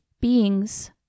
beings